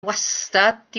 wastad